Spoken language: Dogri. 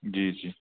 जी जी